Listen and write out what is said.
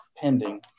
pending